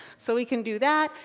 so we can do that.